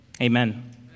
Amen